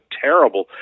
terrible